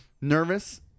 nervous